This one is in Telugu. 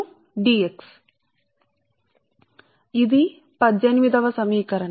కాబట్టి ఇది 18 వ సమీకరణం